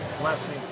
blessing